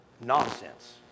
nonsense